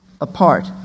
apart